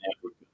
Africa